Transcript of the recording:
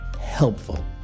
helpful